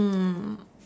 mm mm mm